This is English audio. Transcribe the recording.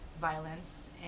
violence